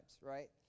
right